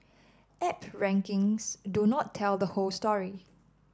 app rankings do not tell the whole story